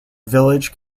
village